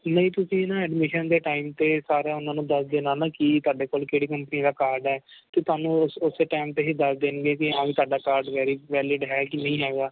ਨਹੀਂ ਤੁਸੀਂ ਨਾ ਐਡਮਿਸ਼ਨ ਦੇ ਟਾਈਮ 'ਤੇ ਸਾਰਾ ਉਹਨਾਂ ਨੂੰ ਦੱਸ ਦੇਣਾ ਨਾ ਕਿ ਤੁਹਾਡੇ ਕੋਲ ਕਿਹੜੀ ਕੰਪਨੀ ਦਾ ਕਾਰਡ ਹੈ ਅਤੇ ਤੁਹਾਨੂੰ ਉਸ ਉਸੇ ਟਾਈਮ 'ਤੇ ਹੀ ਦੱਸ ਦੇਣਗੇ ਕਿ ਹਾਂ ਵੀ ਤੁਹਾਡਾ ਕਾਰਡ ਵੈਰੀ ਵੈਲਿਡ ਹੈ ਕਿ ਨਹੀਂ ਹੈਗਾ